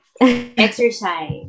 exercise